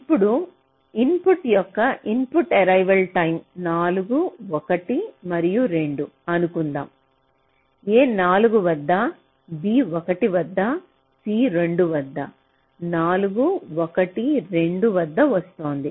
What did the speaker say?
ఇప్పుడు ఇన్పుట్ల యొక్క ఇన్పుట్ ఏరైవల్ టైం 4 1 మరియు 2 అనుకుందాం a 4 వద్ద b 1 వద్ద c 2 వద్ద 4 1 2 వద్ద వస్తోంది